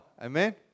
Amen